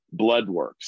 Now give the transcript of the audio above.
Bloodworks